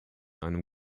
einem